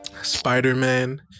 Spider-Man